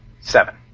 Seven